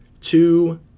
two